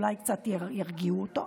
אולי קצת ירגיעו אותו.